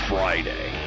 Friday